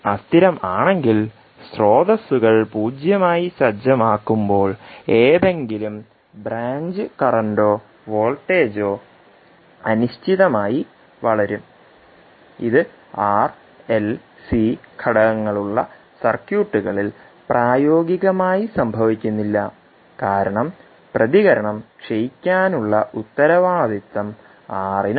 അസ്ഥിരമാണെങ്കിൽ സ്രോതസ്സുകൾ പൂജ്യമായി സജ്ജമാക്കുമ്പോൾ ഏതെങ്കിലും ബ്രാഞ്ച് കറന്റോ വോൾട്ടേജോ അനിശ്ചിതമായി വളരും ഇത് ആർഎൽസി ഘടകങ്ങളുള്ള സർക്യൂട്ടുകളിൽ പ്രായോഗികമായി സംഭവിക്കുന്നില്ല കാരണം പ്രതികരണം ക്ഷയിക്കാനുള്ള ഉത്തരവാദിത്തം Rനാണ്